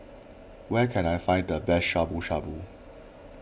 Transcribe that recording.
where can I find the best Shabu Shabu